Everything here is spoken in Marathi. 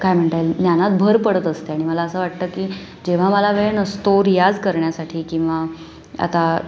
काय म्हणता येईल ज्ञानात भर पडत असते आणि मला असं वाटतं की जेव्हा मला वेळ नसतो रियाज करण्यासाठी किंवा आता